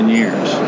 years